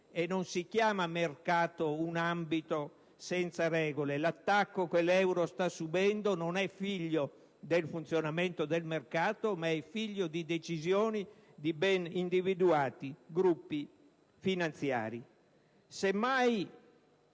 e non si chiama "mercato" un ambito senza regole. L'attacco che l'euro sta subendo non è figlio del funzionamento del mercato, ma è figlio di decisioni di ben individuati gruppi finanziari.